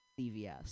CVS